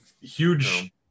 huge